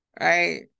right